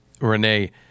Renee